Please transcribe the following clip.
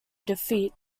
defeat